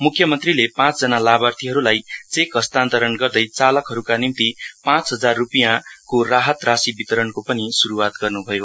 मुख्यमन्त्रीले पाँच जना लाभार्थीहरुलाई चेक हस्तान्तरण गर्दै चालकहरुका निम्ति पाँचहजार रुपियाँको राहत राशी वितरणको पनि शुरुवात गर्नुभयो